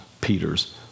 Peter's